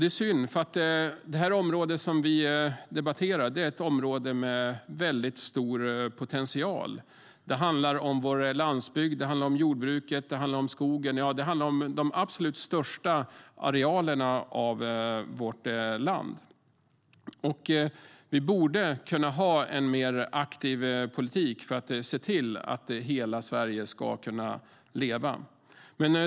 Det är synd. Det område som vi debatterar har stor potential. Det handlar om vår landsbygd, jordbruket och skogen - de absolut största arealerna av vårt land. Vi borde ha en mer aktiv politik för att se till att hela Sverige kan leva.